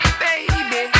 baby